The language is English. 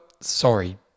Sorry